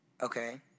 Okay